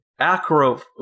Acro